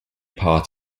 part